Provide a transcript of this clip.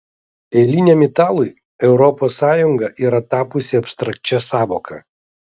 eiliniam italui europos sąjunga yra tapusi abstrakčia sąvoka